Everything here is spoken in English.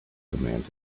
command